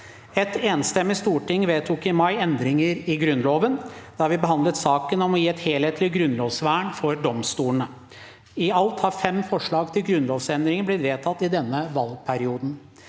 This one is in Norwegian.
Et enstemmig storting vedtok i mai endringer i Grunnloven, da vi behandlet saken om å gi et helhetlig grunnlovsvern for domstolene. I alt har fem forslag til grunnlovsendringer blitt vedtatt i denne valgperioden.